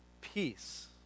peace